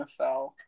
nfl